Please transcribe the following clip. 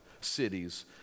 cities